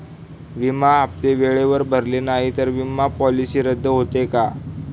विमा हप्ते वेळेवर भरले नाहीत, तर विमा पॉलिसी रद्द होते का?